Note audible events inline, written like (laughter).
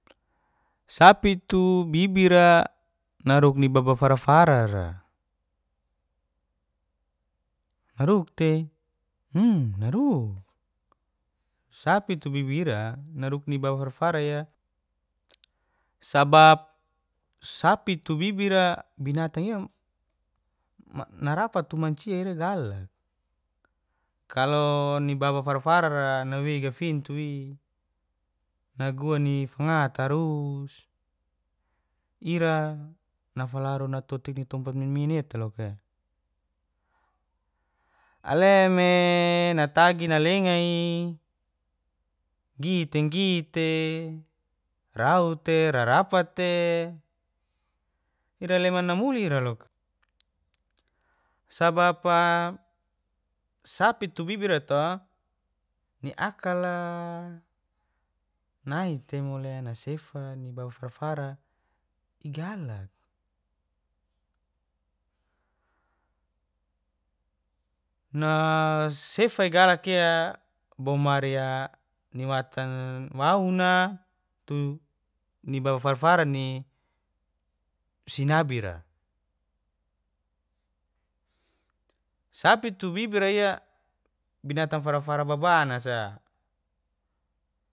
Supi tu bibira naruk ni baba fara fara naruk tei (hesitation) naruk sapi tu bibi ira naruk ni baba fara fara iya sabab sapi tu bibira binatangia narapat tu manci ira galak kalo ni baba fara fara ra nawei gafintu iy nguan iy fanga tarus nafalaru natotik ni tompat mian mian iy telokae ale me natagi nalengi gite gite rau te rarapat te ira leman namuli ira loka sabap sapi tu bibir ra to ni akal nite mole nasef ni baba fara farai galak nasefai galakiya bomari ni watan wauna tu ni baba farafara ni sinabira sapi tu bibira ira binatang fara fara babana sa